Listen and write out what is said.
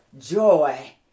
Joy